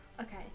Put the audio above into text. Okay